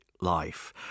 life